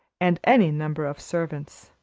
and any number of servants.